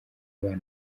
abana